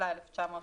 התשל"ה 1975,